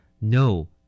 No